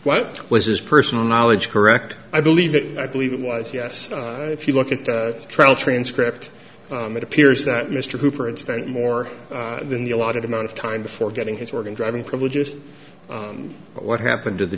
what was his personal knowledge correct i believe it i believe it was yes if you look at the trial transcript it appears that mr hooper and spent more than the allotted amount of time before getting his organ driving privileges what happened to the